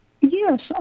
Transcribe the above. Yes